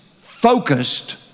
focused